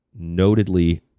notedly